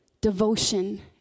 devotion